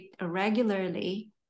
regularly